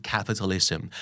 Capitalism